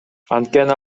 анткени